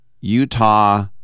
Utah